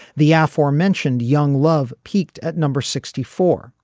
the yeah aforementioned young love peaked at number sixty four.